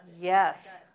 Yes